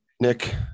Nick